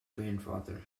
grandfather